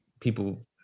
people